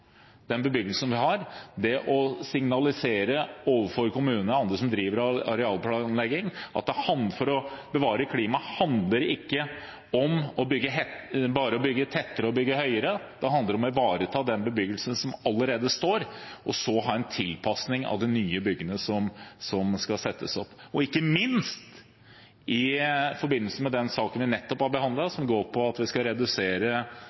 den bebyggelsen som vi har, ved å signalisere overfor kommuner og andre som driver med arealplanlegging, at det å bevare klimaet ikke handler om bare å bygge tettere og høyere, men at det handler om å ivareta den bebyggelsen som allerede står der, og så ha en tilpassing av de nye byggene som skal settes opp. Ikke minst i forbindelse med den saken vi nettopp har behandlet, som handler om at vi skal redusere